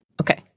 Okay